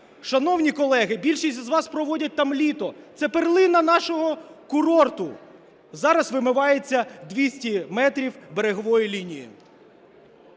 Шановні колеги, більшість із вас проводять там літо, це перлина нашого курорту, зараз вимивається 200 метрів берегової лінії.